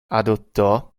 adottò